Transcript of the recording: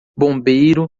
bombeiro